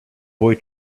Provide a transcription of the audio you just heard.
boy